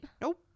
Nope